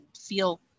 feel